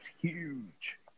huge